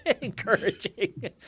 encouraging